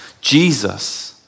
Jesus